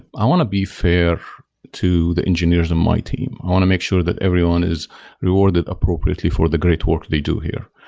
i want to be fair to the engineers on my team. i want to make sure that everyone is rewarded appropriately for the great work they do here.